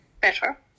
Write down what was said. better